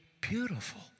beautiful